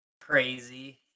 crazy